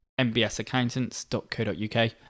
mbsaccountants.co.uk